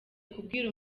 kubwira